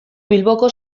bilboko